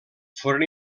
foren